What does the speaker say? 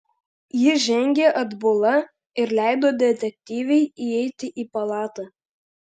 ji žengė atbula ir leido detektyvei įeiti į palatą